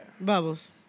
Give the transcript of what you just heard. Bubbles